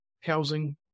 housing